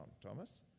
Thomas